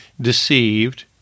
deceived